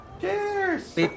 Cheers